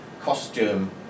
costume